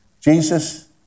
Jesus